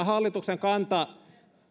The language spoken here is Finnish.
hallituksen kanta